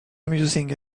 amusing